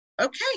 okay